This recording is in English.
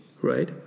right